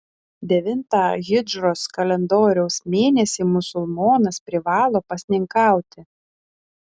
devintą hidžros kalendoriaus mėnesį musulmonas privalo pasninkauti